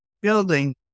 building